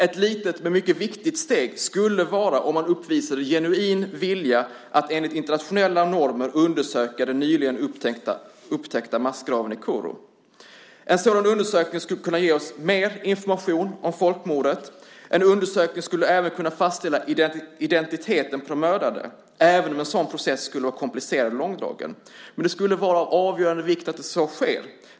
Ett litet men mycket viktigt steg skulle vara om man uppvisade genuin vilja att enligt internationella normer undersöka den nyligen upptäckta massgraven i Kuru. En sådan undersökning skulle kunna ge oss mer information om folkmordet. En undersökning skulle även kunna fastställa identiteten på de mördade, även om en sådan process skulle vara komplicerad och långdragen. Men det skulle vara av avgörande vikt att så sker.